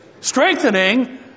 Strengthening